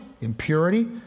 impurity